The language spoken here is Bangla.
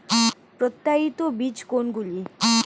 প্রত্যায়িত বীজ কোনগুলি?